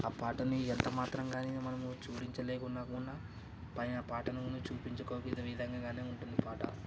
ఆ పాటని ఎంత మాత్రం కాని మనము చూపించలేకున్నా కూడా పైగా పాటను చూపించుకోక విధంగానే ఉంటుంది పాట